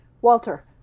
Walter